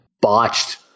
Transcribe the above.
botched